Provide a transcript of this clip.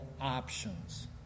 options